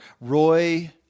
Roy